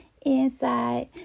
inside